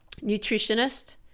nutritionist